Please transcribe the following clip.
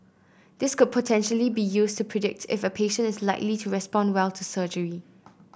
this could potentially be used to predict if a patient is likely to respond well to surgery